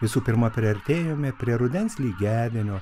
visų pirma priartėjome prie rudens lygiadienio